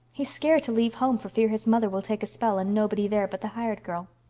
he's scared to leave home for fear his mother will take a spell and nobody there but the hired girl.